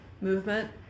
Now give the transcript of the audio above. movement